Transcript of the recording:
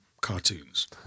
cartoons